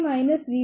73